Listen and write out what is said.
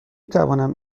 توانم